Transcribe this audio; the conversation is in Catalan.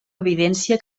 evidència